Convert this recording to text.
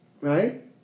Right